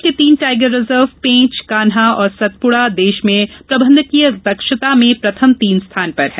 प्रदेश के तीन tiger reserve Pench Kanha और सतपुड़ा देश में प्रबंधकीय दक्षता में प्रथम तीन स्थान पर हैं